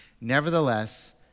Nevertheless